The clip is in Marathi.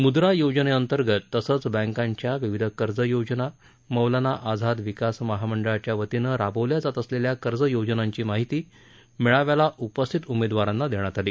मुद्रा योजनेअंतर्गत तसंच बैंकाच्या विविध कर्ज योजना मौलाना आझाद विकास महामंडळाच्या वतीनं राबवल्या जात असलेल्या कर्ज योजनांची माहिती मेळाव्याला उपस्थित उमेदवारांना दिली गेली